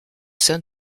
sein